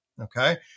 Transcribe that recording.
okay